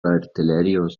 artilerijos